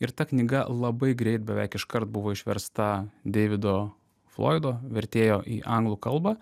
ir ta knyga labai greit beveik iškart buvo išversta deivido floido vertėjo į anglų kalbą